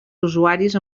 usuaris